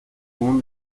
común